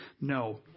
No